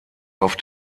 auf